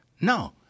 no